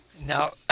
Now